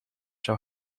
zou